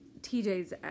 TJ's